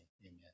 amen